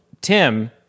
Tim